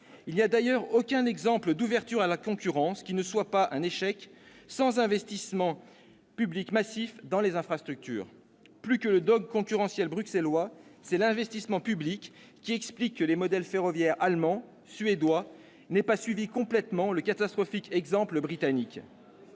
Il n'y a d'ailleurs aucun exemple d'ouverture à la concurrence qui ne soit pas un échec sans investissement public massif dans les infrastructures. Plus que le dogme concurrentiel bruxellois, c'est l'investissement public qui explique que les modèles ferroviaires allemand et suédois n'aient pas suivi complètement le catastrophique exemple britannique.